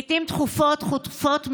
לעיתים תכופות, תכופות מדי,